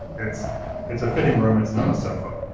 it's it's a fitting room. it's not a sofa.